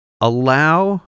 allow